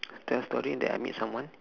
tell story that I met someone